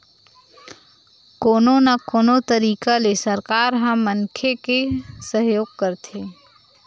कोनो न कोनो तरिका ले सरकार ह मनखे के सहयोग करथे